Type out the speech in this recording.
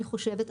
אני חושבת,